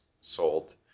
sold